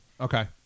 okay